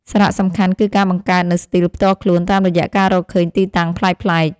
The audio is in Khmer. សារៈសំខាន់គឺការបង្កើតនូវស្ទីលផ្ទាល់ខ្លួន តាមរយៈការរកឃើញទីតាំងប្លែកៗ។